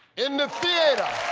in the theater.